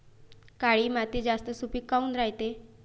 काळी माती जास्त सुपीक काऊन रायते?